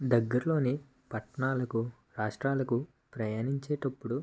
దగ్గరలోని పట్టణాలకు రాష్ట్రాలకు ప్రయాణించేటప్పుడు